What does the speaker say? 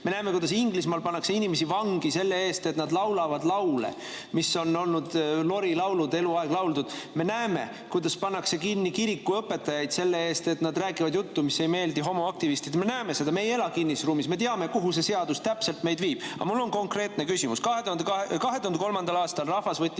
Me näeme, kuidas Inglismaal pannakse inimesi vangi selle eest, et nad laulavad laule, mis on lorilaulud, [neid on] eluaeg lauldud. Me näeme, kuidas pannakse kinni kirikuõpetajaid selle eest, et nad räägivad juttu, mis ei meeldi homoaktivistidele. Me näeme seda! Me ei ela kinnises ruumis, me teame, kuhu täpselt see seadus meid viib. Mul on konkreetne küsimus. 2003. aastal võttis